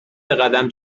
بقدم